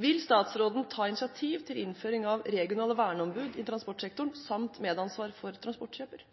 Vil statsråden ta initiativ til innføring av regionale verneombud i transportsektoren samt medansvar for transportkjøper?»